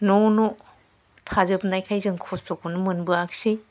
न' न' थाजोबनायखाय जों खस्थ'खौनो मोनबोआसै